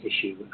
issue